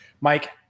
Mike